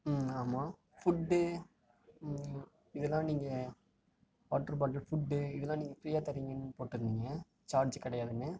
ம் ஆமாம் ஃபுட்டு இதல்லாம் நீங்கள் வாட்ரு பாட்டில் ஃபுட்டு இதலாம் நீங்கள் ஃப்ரீயாக தரீங்கன்னு போட்டுருந்திங்க சார்ஜ் கிடையாதுன்னு